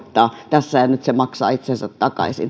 tässä ja nyt se maksaa itsensä takaisin